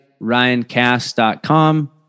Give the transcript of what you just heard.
ryancast.com